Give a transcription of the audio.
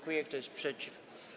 Kto jest przeciw?